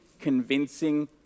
convincing